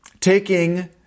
taking